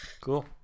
cool